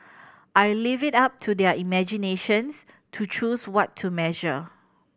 I'll leave it up to their imaginations to choose what to measure